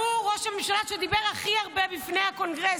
ראש הממשלה שדיבר הכי הרבה בפני הקונגרס.